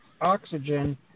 oxygen